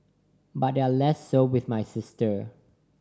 but they're less so with my sister